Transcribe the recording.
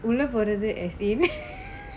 உள்ள போரது:ulla porathu as in